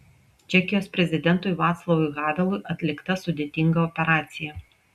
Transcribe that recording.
čekijos prezidentui vaclavui havelui atlikta sudėtinga operacija